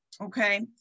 okay